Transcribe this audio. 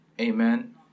amen